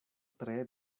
tre